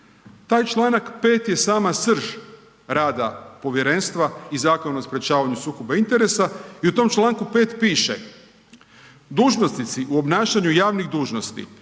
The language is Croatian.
Taj Članak 5. je sama srž rad povjerenstva i Zakona o sprječavanju sukoba interesa i u tom Članku 5. piše: Dužnosnici u obnašanju javnih dužnosti